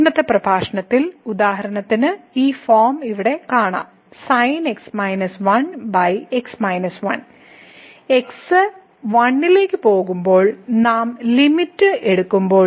ഇന്നത്തെ പ്രഭാഷണത്തിൽ ഉദാഹരണത്തിന് ഈ ഫോം ഇവിടെ കാണാം x 1 ലേക്ക് പോകുമ്പോൾ നാം ലിമിറ്റ് എടുക്കുമ്പോൾ